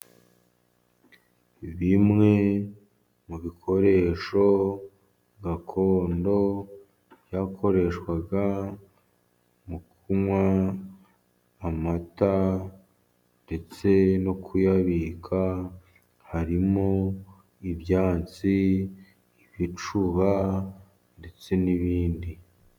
Bimwe mu bikoresho gakondo byakoreshwaga mu kunywa amata, ndetse no kuyabika harimo: ibyansi, ibicuba ndetse n'ibindi.